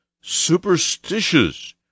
superstitious